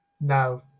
no